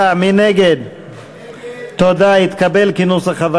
לא התקבלה.